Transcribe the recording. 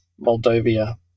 Moldova